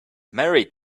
married